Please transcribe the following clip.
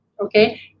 Okay